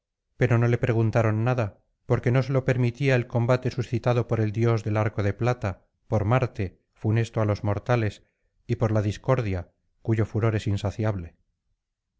pero no le preguntaron nada porque no se lo permitía el combate suscitado por el dios del arco de plata por marte funesto á los mortales y por la discordia cuyo furor es insaciable